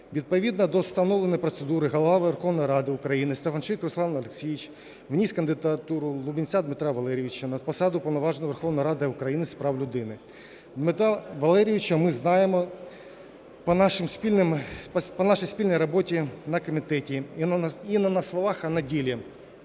Відповідно до встановленої процедури Голова Верховної Ради України Стефанчук Руслан Олексійович вніс кандидатуру Лубінця Дмитра Валерійовича на посаду Уповноваженого Верховної Ради України з прав людини. Дмитра Валерійовича ми знаємо по нашій спільній роботі на комітеті, і не на словах, а на ділі.